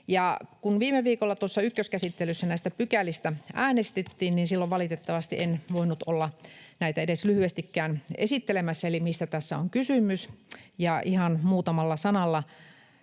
Kun viime viikolla ykköskäsittelyssä näistä pykälistä äänestettiin, silloin valitettavasti en voinut olla näitä edes lyhyesti esittelemässä eli sitä, mistä tässä on kysymys. Ihan muutamalla sanalla: